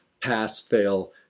pass-fail